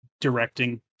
directing